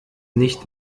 nicht